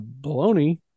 Baloney